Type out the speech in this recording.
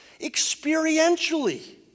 experientially